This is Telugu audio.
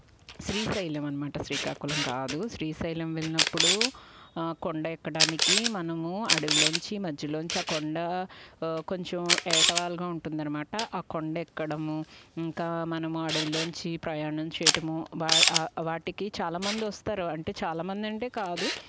శ్రీశైలం అనమాట శ్రీకాకుళం కాదు శ్రీశైలం వెళ్ళినప్పుడు కొండ ఎక్కడానికి మనము అడవిలోంచి మధ్యలోంచి ఆ కొండ కొంచెం ఏటవాలుగా ఉంటుందనమాట ఆ కొండ ఎక్కడము ఇంకా మనము అడవిలోంచి ప్రయాణం చేయటము వా వా వాటికి చాలా మంది వస్తారు అంటే చాలా మంది అంటే కాదు